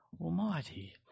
Almighty